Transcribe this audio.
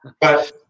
But-